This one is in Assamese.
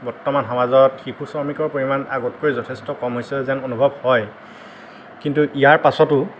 বৰ্তমান সমাজত শিশু শ্ৰমিকৰ পৰিমাণ আগতকৈ যথেষ্ট কম হৈছে যেন অনুভব হয় কিন্তু ইয়াৰ পাছতো